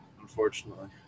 unfortunately